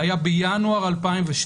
זה היה בינואר 2012,